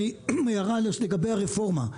הערה לגבי הרפורמה,